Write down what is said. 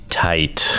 tight